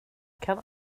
kan